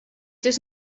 does